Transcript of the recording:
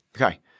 Okay